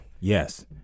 yes